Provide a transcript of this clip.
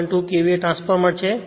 2 KVA transformer છે